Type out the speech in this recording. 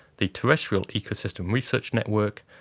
the terrestrial ecosystem research network,